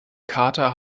kater